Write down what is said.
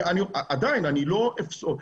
עדיין, אני לא אפסול.